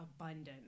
abundant